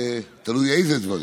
תלוי איזה דברים,